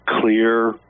clear